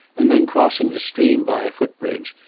and then crossing the stream by a foot-bridge,